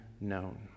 known